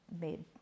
made